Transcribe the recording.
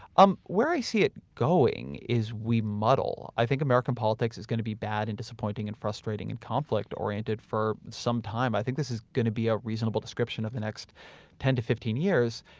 um where i see it going is we muddle, i think american politics is going to be bad and disappointing and frustrating and conflict oriented for some time. i think this is going to be a reasonable description of the next ten to fifteen years.